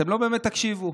אתם לא באמת תקשיבו.